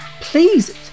please